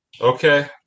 okay